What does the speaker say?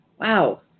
Wow